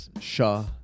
Shah